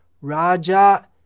Raja